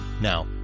Now